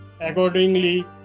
accordingly